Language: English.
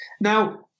now